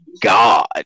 god